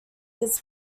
his